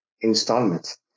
installments